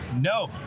No